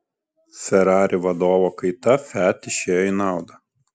ferrari vadovo kaita fiat išėjo į naudą